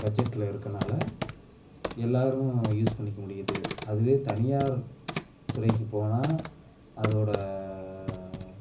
பட்ஜெட்டில் இருக்கனால் எல்லாேரும் யூஸ் பண்ணிக்க முடியுது அதுவே தனியார் துறைக்கு போனால் அதோடய